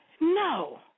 no